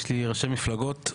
יש לי ראשי מפלגות,